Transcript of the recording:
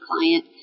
client